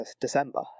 December